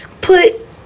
put